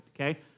okay